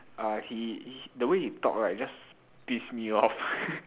uh he the way he talk right just piss me off